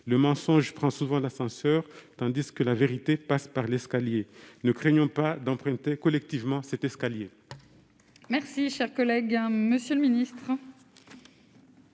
Le mensonge prend souvent l'ascenseur, tandis que la vérité passe par l'escalier. Ne craignons pas d'emprunter collectivement cet escalier ! La parole est à M. le secrétaire